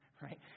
Right